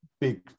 big